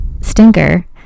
stinker